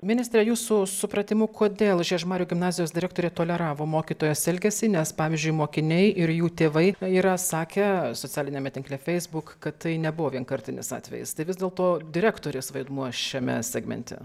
ministre jūsų supratimu kodėl žiežmarių gimnazijos direktorė toleravo mokytojos elgesį nes pavyzdžiui mokiniai ir jų tėvai yra sakę socialiniame tinkle facebook kad tai nebuvo vienkartinis atvejis tai vis dėlto direktorės vaidmuo šiame segmente